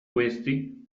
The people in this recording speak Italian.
questi